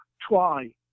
Try